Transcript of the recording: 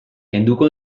kenduko